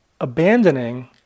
abandoning